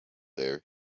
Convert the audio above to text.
there